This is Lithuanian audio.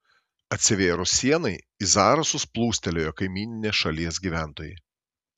atsivėrus sienai į zarasus plūstelėjo kaimyninės šalies gyventojai